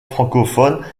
francophone